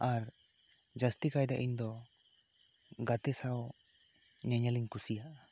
ᱟᱨ ᱡᱟᱹᱥᱛᱤ ᱠᱟᱭᱛᱮ ᱤᱧ ᱫᱚ ᱜᱟᱛᱮ ᱥᱟᱶ ᱧᱮᱧᱮᱞ ᱤᱧ ᱠᱩᱥᱤᱭᱟᱜᱼᱟ